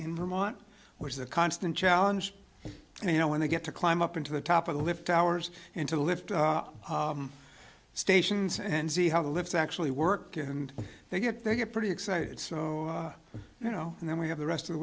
in vermont which is a constant challenge you know when they get to climb up into the top of the lift towers and to lift stations and see how the lives actually work and they get they get pretty excited so you know and then we have the rest of the